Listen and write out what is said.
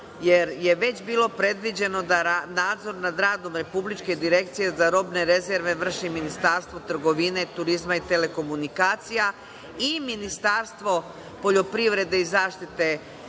jer je već bilo predviđeno da nadzor nad radom Republičke direkcije za robne rezerve vrši Ministarstvo trgovine, turizma i telekomunikacija i Ministarstvo poljoprivrede i zaštite